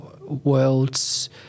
worlds